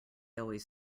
always